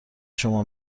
شما